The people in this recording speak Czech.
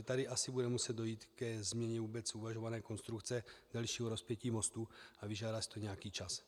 Tady asi bude muset dojít ke změně uvažované konstrukce delšího rozpětí mostu a vyžádá si to nějaký čas.